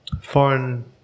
foreign